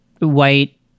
white